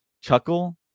chuckle